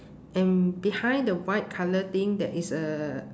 and behind the white colour thing there is uh